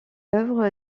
œuvre